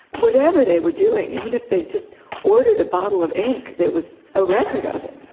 whatever they were doing, even if they just ordered a bottle of ink there was a record of it.